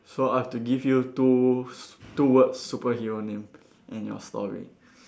so I have to give you two s~ two word superhero name and your story